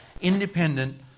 independent